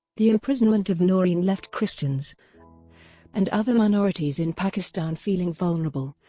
the imprisonment of noreen left christians and other minorities in pakistan feeling vulnerable,